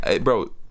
bro